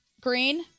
Green